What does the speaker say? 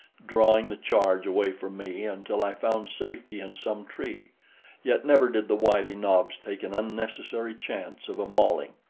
drawing the charge away from me until i found safety in some tree yet never did the wily nobs take an unnecessary chance of a mauling.